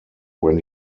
when